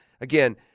Again